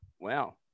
Wow